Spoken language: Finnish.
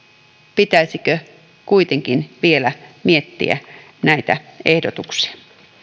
pitäisikö kuitenkin vielä miettiä näitä ehdotuksia